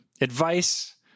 advice